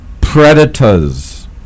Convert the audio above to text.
predators